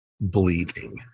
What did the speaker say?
bleeding